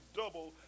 double